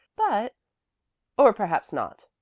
but oh, perhaps not,